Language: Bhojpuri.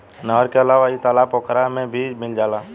नहर के अलावा इ तालाब पोखरा में भी मिल जाला